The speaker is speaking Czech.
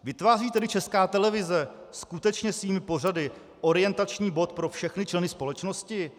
Vytváří tedy Česká televize skutečně svými pořady orientační bod pro všechny členy společnosti?